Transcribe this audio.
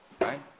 right